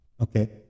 Okay